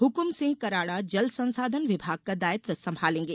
हक्म सिंह कराड़ा जल संसाधन विभाग का दायित्व सम्भालेंगे